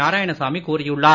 நாராயணசாமி கூறியுள்ளார்